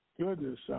goodness